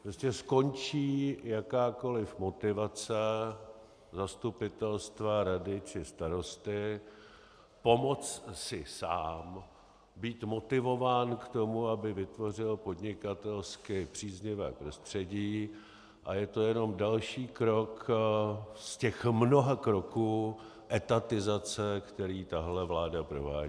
Prostě skončí jakákoliv motivace zastupitelstva, rady či starosty pomoct si sám, být motivován k tomu, aby vytvořil podnikatelsky příznivé prostředí, a je to jenom další krok z těch mnoha kroků etatizace, který tahle vláda provádí.